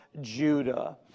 Judah